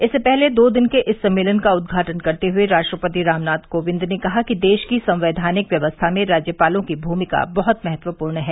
इससे पहले दो दिन के इस सम्मेलन का उद्घाटन करते हुए राष्ट्रपति रामनाथ कोविंद ने कहा कि देश की संवैधानिक व्यवस्था में राज्यपालों की भूमिका बहुत महत्वपूर्ण है